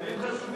אלו ימים חשובים.